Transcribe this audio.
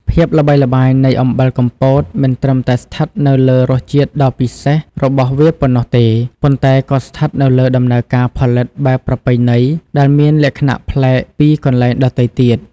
ភាពល្បីល្បាញនៃអំបិលកំពតមិនត្រឹមតែស្ថិតនៅលើរសជាតិដ៏ពិសេសរបស់វាប៉ុណ្ណោះទេ ប៉ុន្តែក៏ស្ថិតនៅលើដំណើរការផលិតបែបប្រពៃណីដែលមានលក្ខណៈប្លែកពីកន្លែងដទៃទៀត។